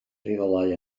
rheolau